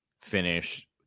finish